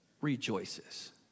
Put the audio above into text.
rejoices